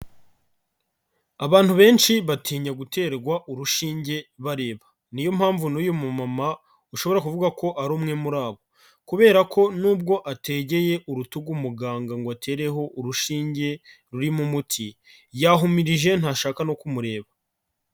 Abantu benshi batinya guterwa urushinge bareba, ni yo mpamvu n'uyu mumama ushobora kuvuga ko ari umwe muri abo kubera ko n'ubwo ategeye urutugu muganga ngo atereho urushinge rurimo umuti, yahumirije ntashaka no kumureba.